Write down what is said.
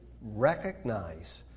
recognize